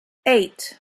eight